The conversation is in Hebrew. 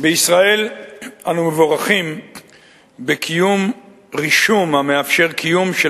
בישראל אנו מבורכים ברישום המאפשר קיום של